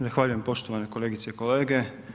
Zahvaljujem poštovane kolegice i kolege.